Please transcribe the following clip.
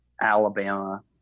Alabama